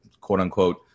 quote-unquote